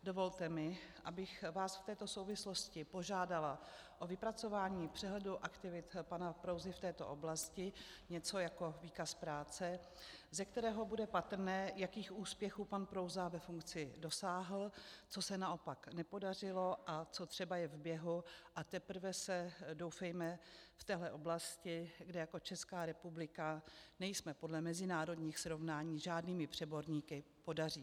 Dovolte mi, abych vás v této souvislosti požádala o vypracování přehledu aktivit pana Prouzy v této oblasti, něco jako výkaz práce, ze kterého bude patrné, jakých úspěchů pan Prouza ve funkci dosáhl, co se naopak nepodařilo a co třeba je v běhu a teprve se, doufejme, v této oblasti, kde jako Česká republika nejsme podle mezinárodních srovnání žádnými přeborníky, podaří.